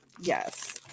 Yes